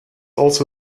also